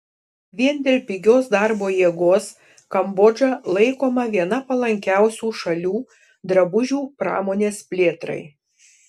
vien dėl pigios darbo jėgos kambodža laikoma viena palankiausių šalių drabužių pramonės plėtrai